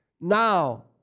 Now